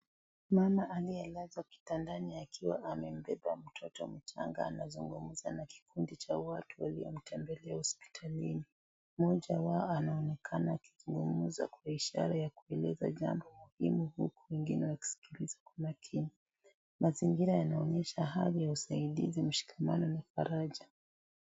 Mama aliyelazwa kitandani akiwa amembeba mtoto mchanga anazungumxa na kikundincha watu waliomtembelea hospitalini. Mmoja wao anaonekana akizungumza kwa ishara ya kueleza jambo muhimu huku wengine wakiskiliza kwa makini .Mazingira yanaonyesha hali ya usaidizi mshikamano na faraja.